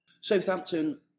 Southampton